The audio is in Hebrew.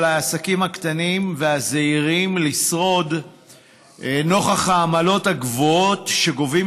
העסקים הקטנים והזעירים לשרוד נוכח העמלות הגבוהות שגובים